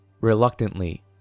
Reluctantly